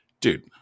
dude